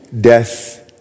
death